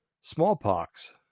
Smallpox